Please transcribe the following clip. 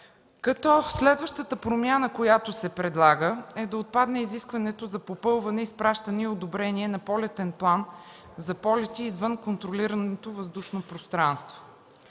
света. Следващата промяна, която се предлага, е да отпадне изискването за попълване, изпращане и одобрение на полетен план за полети извън контролираното въздушно пространство.